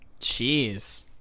Jeez